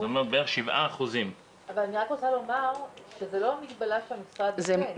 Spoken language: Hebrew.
זאת אומרת בערך 7%. אני רק רוצה לומר שזה לא המגבלה שהמשרד עושה,